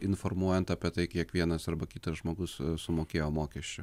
informuojant apie tai kiek vienas arba kitas žmogus sumokėjo mokesčių